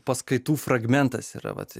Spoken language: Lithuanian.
paskaitų fragmentas yra vat